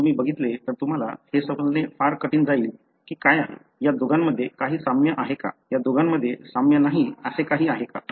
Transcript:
जर तुम्ही बघितले तर तुम्हाला हे समजणे फार कठीण जाईल की काय आहे या दोघांमध्ये काही साम्य आहे का या दोघांमध्ये साम्य नाही असे काही आहे का